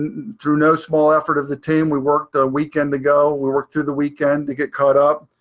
through no small effort of the team, we worked a weekend ago, we worked through the weekend to get caught up.